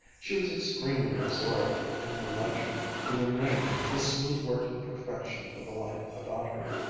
she was extremely absorbed in the luxury, the amenity, the smooth-working perfection of the life about her.